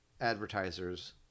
advertisers